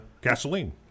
gasoline